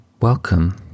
Welcome